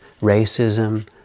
racism